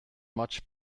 much